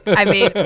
i mean,